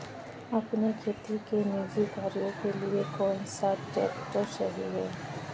अपने खेती के निजी कार्यों के लिए कौन सा ट्रैक्टर सही है?